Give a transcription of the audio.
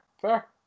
Fair